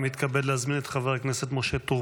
אני מתכבד להזמין את חבר הכנסת משה טור